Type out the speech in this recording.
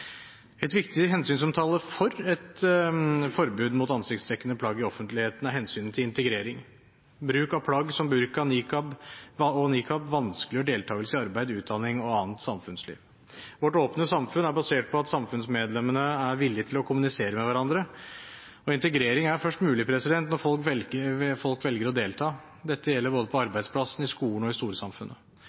Et viktig hensyn som taler for et forbud mot ansiktsdekkende plagg i offentligheten, er hensynet til integrering. Bruk av plagg som burka og niqab vanskeliggjør deltakelse i arbeid, utdanning og annet samfunnsliv. Vårt åpne samfunn er basert på at samfunnsmedlemmene er villig til å kommunisere med hverandre. Integrering er først mulig når folk velger å delta. Dette gjelder både på arbeidsplassen, i skolen og i storsamfunnet.